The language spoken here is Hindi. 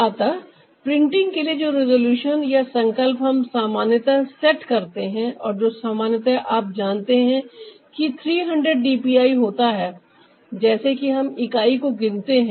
अतः प्रिंटिंग के लिए जो रिजॉल्यूशन या संकल्प हम सामान्यतः सेट करते हैं और जो सामान्यतया आप जानते है कि 300 डीपीआई होता है जैसे कि हम इकाई को गिनते हैं